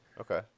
Okay